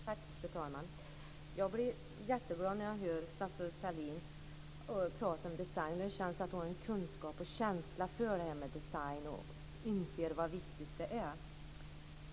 Fru talman! Jag blir jätteglad när jag hör statsrådet Sahlin prata om design. Det känns att hon har kunskap om och känsla för det här med design och att hon inser hur viktigt det är.